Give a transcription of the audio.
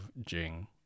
Jing